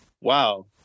wow